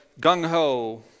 gung-ho